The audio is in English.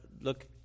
look